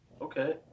okay